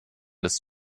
des